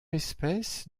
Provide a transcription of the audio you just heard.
espèce